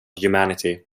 humanity